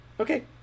Okay